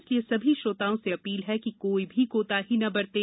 इसलिए सभी श्रोताओं से अपील है कि कोई भी कोताही न बरतें